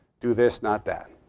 do this, not that.